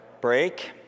break